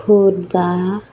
Khordha